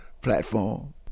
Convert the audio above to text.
platform